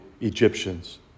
Egyptians